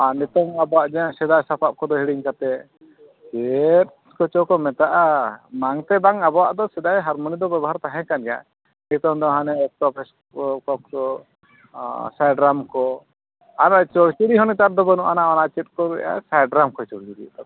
ᱟᱨ ᱱᱤᱛᱚᱜ ᱟᱵᱚᱣᱟᱜ ᱡᱟᱦᱟᱸ ᱥᱮᱫᱟᱭ ᱥᱟᱯᱟᱯ ᱠᱚᱫᱚ ᱦᱤᱲᱤᱧ ᱠᱟᱛᱮᱫ ᱪᱮᱫ ᱠᱚᱪᱚ ᱠᱚ ᱢᱮᱛᱟᱜᱼᱟ ᱵᱟᱝ ᱛᱮ ᱵᱟᱝ ᱟᱵᱚᱣᱟᱜ ᱫᱚ ᱥᱮᱫᱟᱭ ᱦᱟᱨᱢᱚᱱᱤ ᱫᱚ ᱵᱮᱵᱚᱦᱟᱨ ᱛᱟᱦᱮᱸ ᱠᱟᱱ ᱜᱮᱭᱟ ᱱᱤᱛᱚᱜ ᱫᱚ ᱦᱟᱱᱮ ᱚᱠᱴᱚ ᱯᱮᱰ ᱠᱚ ᱠᱚ ᱥᱟᱭᱰᱨᱟᱢ ᱠᱚ ᱟᱨᱚ ᱪᱚᱪᱚᱲᱤ ᱦᱚᱸ ᱱᱮᱛᱟᱨ ᱫᱚ ᱵᱟᱹᱱᱩᱜ ᱟᱱᱟ ᱚᱱᱟ ᱪᱮᱫ ᱠᱚ ᱞᱟᱹᱭᱮᱜᱼᱟ ᱥᱟᱭᱰᱨᱟᱢ ᱠᱚ ᱪᱚᱲᱪᱚᱲᱤᱭᱮᱫ ᱛᱟᱵᱚᱱᱟ